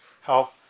help